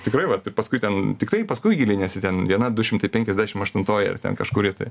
tikrai vat ir paskui ten tikrai paskui giliniesi ten viena du šimtai penkiasdešim aštuntoji ar ten kažkuri tai